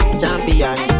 champion